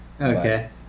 Okay